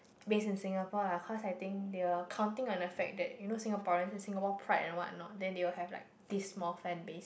based in Singapore lah cause I think they were counting on the fact that you know Singaporean Singapore pride and what not then they will have like this small fanbase